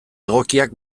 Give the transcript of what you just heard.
egokiak